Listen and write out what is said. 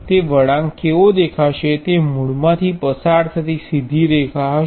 તે વળાંક કેવો દેખાશે તે મૂળમાંથી પસાર થતી સીધી રેખા હશે